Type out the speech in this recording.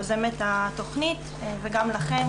יוזמת התכנית וגם לכם,